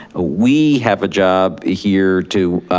we have a job ah here to